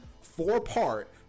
four-part